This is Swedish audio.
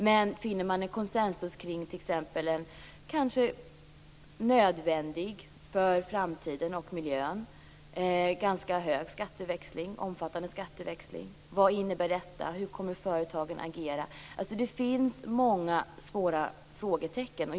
Men om man finner en konsensus kring att t.ex. en omfattande skatteväxling är nödvändig för framtiden och miljön, vad innebär då detta? Hur kommer företagen att agera? Det finns alltså många stora frågetecken.